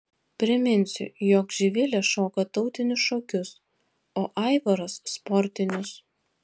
priminsiu jog živilė šoka tautinius šokius o aivaras sportinius